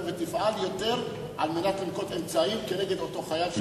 ותפעל יותר על מנת לנקוט אמצעים כנגד אותו חייל.